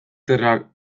cerrar